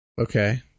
Okay